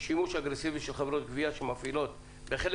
שימוש אגרסיבי של חברות גבייה שמפעילות בחלק